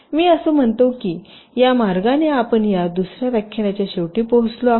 मी असे म्हणतो की या मार्गाने आपण या दुसर्या व्याख्यानाच्या शेवटी पोहोचलो आहोत